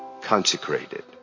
Consecrated